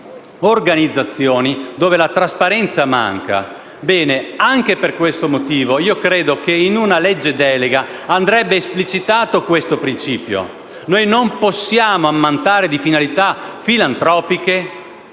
organizzazioni dove manca la trasparenza. Bene, anche per questo motivo, in una legge delega andrebbe esplicitato tale principio. Non possiamo ammantare di finalità filantropiche